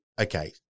okay